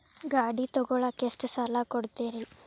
ಗಾಡಿ ತಗೋಳಾಕ್ ಎಷ್ಟ ಸಾಲ ಕೊಡ್ತೇರಿ?